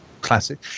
classic